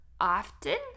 often